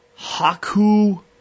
Haku